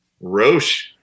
Roche